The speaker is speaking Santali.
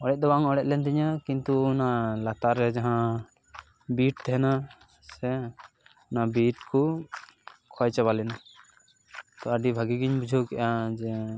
ᱚᱲᱮᱡ ᱫᱚ ᱵᱟᱝ ᱚᱲᱮᱡ ᱞᱮᱱ ᱛᱤᱧᱟᱹ ᱠᱤᱱᱛᱩ ᱚᱱᱟ ᱞᱟᱛᱟᱨ ᱨᱮ ᱡᱟᱦᱟᱸ ᱵᱤᱴ ᱛᱟᱦᱮᱱᱟ ᱥᱮ ᱵᱤᱴ ᱠᱚ ᱠᱷᱚᱭ ᱪᱟᱵᱟ ᱞᱮᱱᱟ ᱛᱳ ᱟᱹᱰᱤ ᱵᱷᱟᱹᱜᱤ ᱜᱮᱧ ᱵᱩᱡᱷᱟᱹᱣ ᱠᱮᱫᱟ ᱡᱮ